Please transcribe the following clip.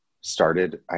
started